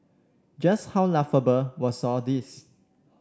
just how laughable was all this